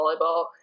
volleyball